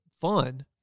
fun